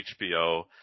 HBO